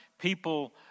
people